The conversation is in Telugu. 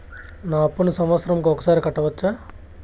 నా అప్పును సంవత్సరంకు ఒకసారి కట్టవచ్చా?